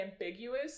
ambiguous